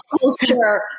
culture